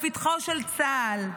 לפתחו של צה"ל.